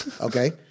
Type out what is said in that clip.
Okay